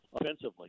offensively